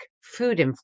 food